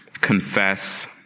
confess